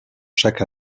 chaque